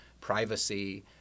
privacy